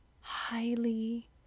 highly